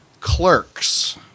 Clerks